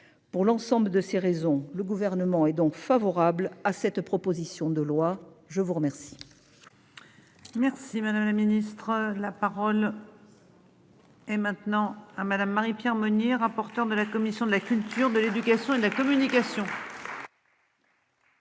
Pour l'ensemble de ces raisons, le gouvernement est donc favorable à cette proposition de loi, je vous remercie.--